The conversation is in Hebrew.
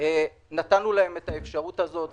נתנו להם את האפשרות הזאת,